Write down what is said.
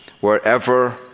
wherever